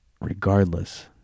regardless